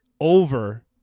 over